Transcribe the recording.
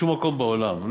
בשום מקום בעולם.